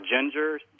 ginger